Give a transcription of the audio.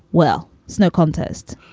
well, it's no contest,